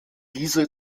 diese